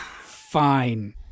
fine